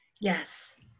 Yes